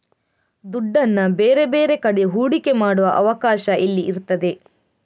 ದುಡ್ಡನ್ನ ಬೇರೆ ಬೇರೆ ಕಡೆ ಹೂಡಿಕೆ ಮಾಡುವ ಅವಕಾಶ ಇಲ್ಲಿ ಇರ್ತದೆ